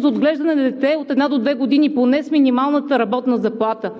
за отглеждане на дете от една до две години поне с минималната работна заплата